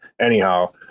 anyhow